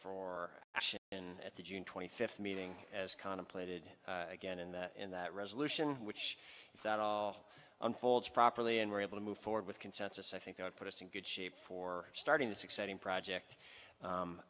and at the june twenty fifth meeting as contemplated again and in that resolution which is that all unfolds properly and we're able to move forward with consensus i think i would put us in good shape for starting this exciting project